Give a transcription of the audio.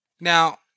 now